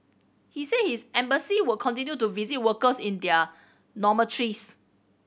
he said his embassy will continue to visit workers in their dormitories